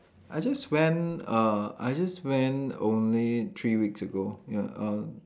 I just went err I just went only three weeks ago ya uh